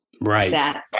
Right